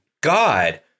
God